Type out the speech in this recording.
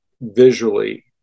visually